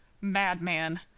madman